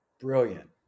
brilliant